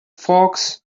folks